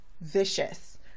vicious